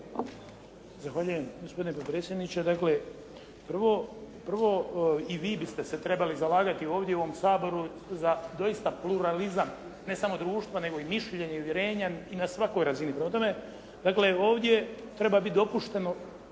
Zahvaljujem. Gospodine potpredsjedniče. Dakle, prvo i vi biste se trebali zalagati ovdje u ovom Saboru za doista pluralizam ne samo društva nego i mišljenja i uvjerenja na svakoj razini. Prema tome, dakle ovdje treba biti dopušteno